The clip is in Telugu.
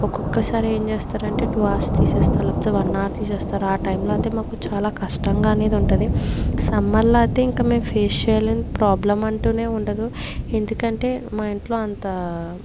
ఒక్కొక్కసారి ఏం చేస్తారంటే టు అవర్స్ తీసేస్తారు లేకపోతే వన్ అవర్ తీసేస్తారు ఆ టైం లో అయితే మాకు చాలా కష్టంగా అనేది ఉంటుంది సమ్మర్ లో అయితే ఇంక మేము ఫేస్ చేయలేని ప్రాబ్లం అంటూనే ఉండదు ఎందుకంటే మా ఇంట్లో అంతా